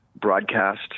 broadcast